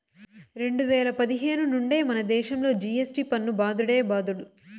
రెండు వేల పదిహేను నుండే మనదేశంలో జి.ఎస్.టి పన్ను బాదుడే బాదుడు